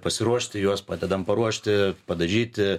pasiruošti juos padedam paruošti padažyti